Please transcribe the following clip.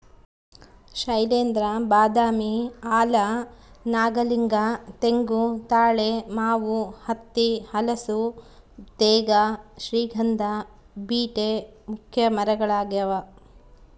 ಶೈಲೇಂದ್ರ ಬಾದಾಮಿ ಆಲ ನಾಗಲಿಂಗ ತೆಂಗು ತಾಳೆ ಮಾವು ಹತ್ತಿ ಹಲಸು ತೇಗ ಶ್ರೀಗಂಧ ಬೀಟೆ ಮುಖ್ಯ ಮರಗಳಾಗ್ಯಾವ